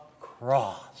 cross